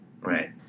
right